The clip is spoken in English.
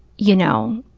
you know,